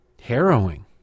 Harrowing